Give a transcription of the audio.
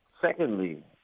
Secondly